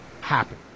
happen